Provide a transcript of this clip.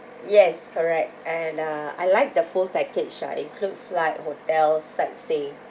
yes correct and uh I'd like the full package ah include flight hotel sightseeing